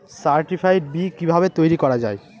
Certified বি কিভাবে তৈরি করা যায়?